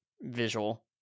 visual